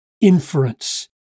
inference